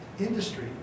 Industry